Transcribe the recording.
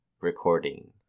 recording